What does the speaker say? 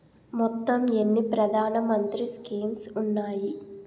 మొత్తం ఎన్ని ప్రధాన మంత్రి స్కీమ్స్ ఉన్నాయి?